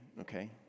okay